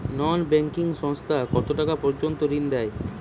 নন banking সংস্থা কতটাকা পর্যন্ত ঋণ দেয়?